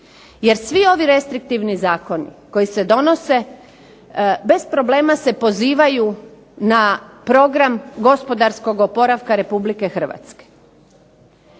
Jer svi ovi restriktivni zakoni koji se donose bez problema se pozivaju na Program gospodarskog oporavka RH.